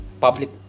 public